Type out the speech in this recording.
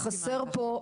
הקונטקסט חסר פה.